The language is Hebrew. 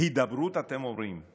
הידברות, אתם אומרים.